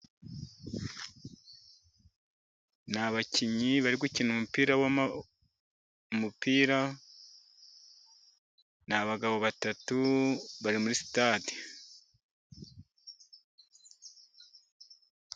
N'abakinnyi bari gukina umupira n'abagabo batatu bari muri sitade.